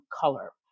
color